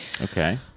Okay